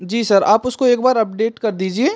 जी sir आप उसको एक बार अपडेट कर दीजिए